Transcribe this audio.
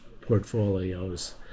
portfolios